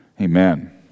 Amen